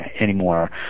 anymore